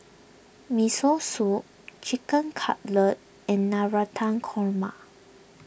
Miso Soup Chicken Cutlet and Navratan Korma